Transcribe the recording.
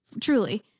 Truly